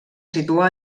situa